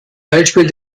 beispiel